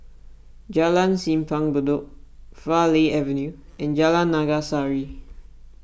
Jalan Simpang Bedok Farleigh Avenue and Jalan Naga Sari